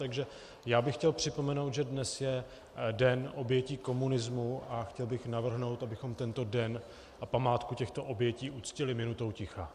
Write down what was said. Takže bych chtěl připomenout, že dnes je Den obětí komunismu, a chtěl bych navrhnout, abychom tento den na památku těchto obětí uctili minutou ticha.